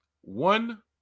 one